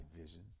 vision